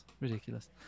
Ridiculous